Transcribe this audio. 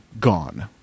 gone